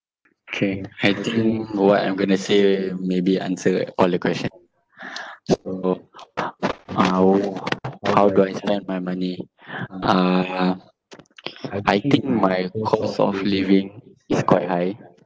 K I think what I'm going to say maybe answer all the question so uh how do I spend my money uh I think my cost of living is quite high